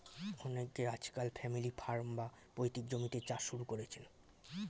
অনেকে আজকাল family farm, বা পৈতৃক জমিতে চাষ শুরু করেছেন